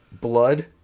blood